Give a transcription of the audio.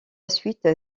suite